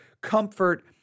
comfort